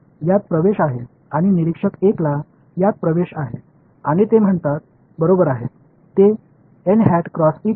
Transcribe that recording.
எனவே பார்வையாளர் 2 க்கு அணுகல் உள்ளது மற்றும் பார்வையாளர் 1 இதை அணுகலாம் மேலும் அவர்கள் என்ன சொல்கிறார்கள் என்றால் ஐ ஒப்பிட முடியும்